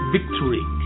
Victory